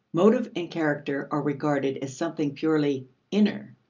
motive and character are regarded as something purely inner,